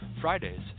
Fridays